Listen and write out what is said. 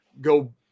go